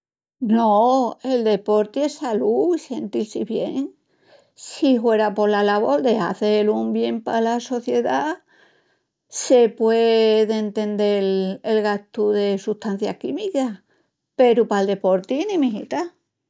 No, el deporti es salú i sentil-si bien. Si huera pola lavol de hazel un bien pala sociedá se pue d'entendel el gastu de sustancias químicas, peru pal deporti ni mijita.